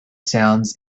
sounds